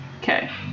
Okay